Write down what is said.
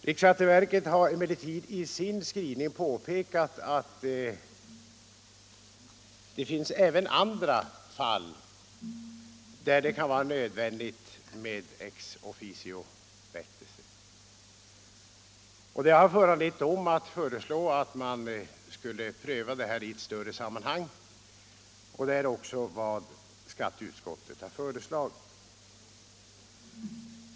Riksskatteverket har emellertid i sitt yttrande påpekat att det även finns andra fall där det kan vara nödvändigt med ex officio-rättelse. Det har föranlett riksskatteverket att föreslå att frågan skall prövas i ett större sammanhang, och det är också vad skatteutskottet föreslagit.